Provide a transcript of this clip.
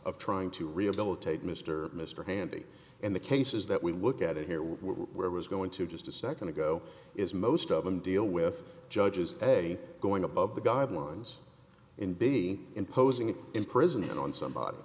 of trying to rehabilitate mr mr handy in the cases that we look at it here where was going to just a second ago is most of them deal with judges hey going above the guidelines and be imposing it in prison and on